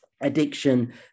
addiction